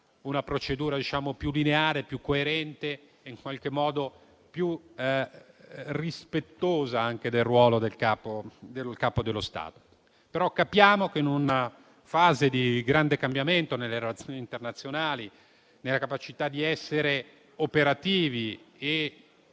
una procedura più lineare, coerente e in qualche modo rispettosa del ruolo del Capo dello Stato. Comprendiamo però che in una fase di grande cambiamento nelle relazioni internazionali e nella capacità di essere operativi e